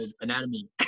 anatomy